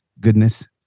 goodness